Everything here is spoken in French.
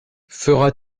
fera